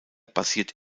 basiert